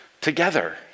together